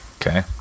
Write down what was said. Okay